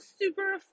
super